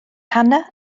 hannah